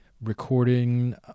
recording